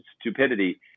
stupidity